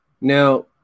Now